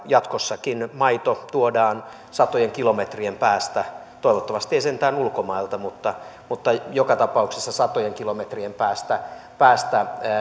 jatkossakin maito tuodaan satojen kilometrien päästä toivottavasti ei sentään ulkomailta mutta mutta joka tapauksessa satojen kilometrien päästä päästä